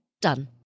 done